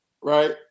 right